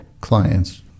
clients